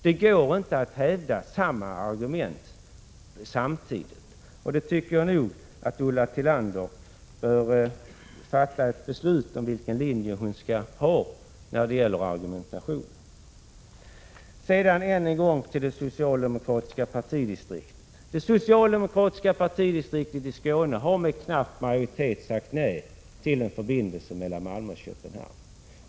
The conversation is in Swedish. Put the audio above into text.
Det går inte att argumentera efter två linjer på en gång, och jag tycker nog att Ulla Tillander bör fatta ett beslut om vilken linje hon skall följa i sin argumentation. Sedan än en gång till det socialdemokratiska partidistriktet. Det socialdemokratiska partidistriktet i Skåne har med knapp majoritet sagt nej till en fast förbindelse mellan Malmö och Köpenhamn.